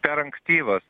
per ankstyvas